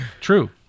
True